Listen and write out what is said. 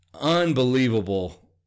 unbelievable